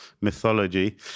mythology